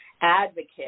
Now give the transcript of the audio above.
advocate